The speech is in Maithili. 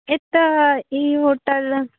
एतय ई होटल